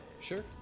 Sure